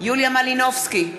יוליה מלינובסקי,